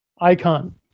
icon